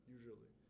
Usually